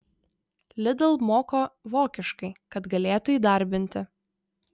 lidl moko vokiškai kad galėtų įdarbinti